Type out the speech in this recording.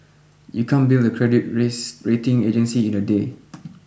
you can't build a credit race rating agency in a day